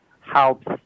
helps